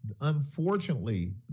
Unfortunately